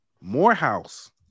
Morehouse